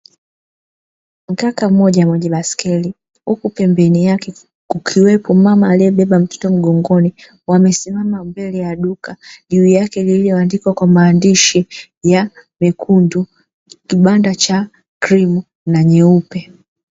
Mkaka mmoja mwenye baisikeli huku pembeni yake kukiwepo mama aliyebeba mtoto mgongoni, wamesimama mbele ya duka, juu yake lililoandikwa maandishi ya mekundu, kibanda cha krimu na nyeupe.